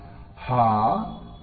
ಹ ಹ ಹ ಹ ಹ